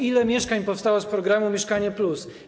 Ile mieszkań powstało z programu „Mieszkanie+”